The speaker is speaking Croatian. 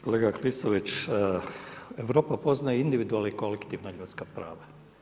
Kolega Klisović, Europa poznaje individualna kolektivna ljudska prava.